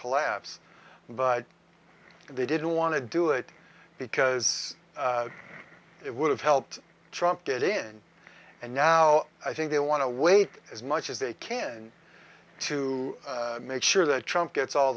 collapse but they didn't want to do it because it would have helped trump get in and now i think they want to wait as much as they can to make sure that trump gets all